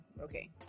Okay